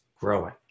growing